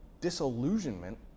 disillusionment